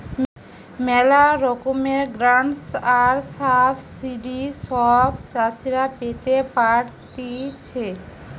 ম্যালা রকমের গ্রান্টস আর সাবসিডি সব চাষীরা পেতে পারতিছে